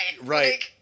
Right